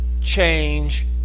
change